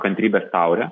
kantrybės taurę